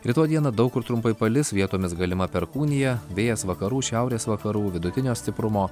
rytoj dieną daug kur trumpai palis vietomis galima perkūnija vėjas vakarų šiaurės vakarų vidutinio stiprumo